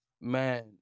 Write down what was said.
Man